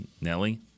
Nelly